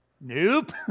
Nope